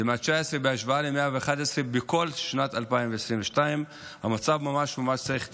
בהשוואה ל-111 בכל שנת 2022. המצב ממש ממש מצריך טיפול.